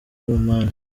oman